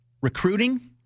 recruiting